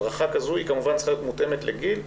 הדרכה כזו צריכה להיות מותאמת לגיל,